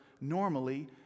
normally